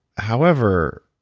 however,